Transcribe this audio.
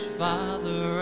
father